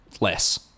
Less